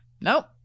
Nope